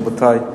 רבותי,